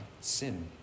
sin